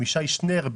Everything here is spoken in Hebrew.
עם ישי שנרב,